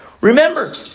Remember